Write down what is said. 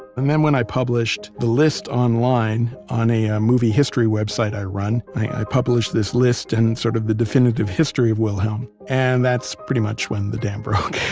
and then when i published the list online, on a ah movie history website i run, i published this list and sort of the definitive history of wilhelm. and that's pretty much when the dam broke